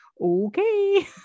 Okay